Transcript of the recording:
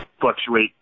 fluctuate